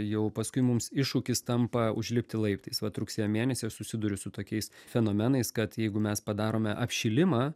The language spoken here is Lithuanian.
jau paskui mums iššūkis tampa užlipti laiptais vat rugsėjo mėnesį aš susiduriu su tokiais fenomenais kad jeigu mes padarome apšilimą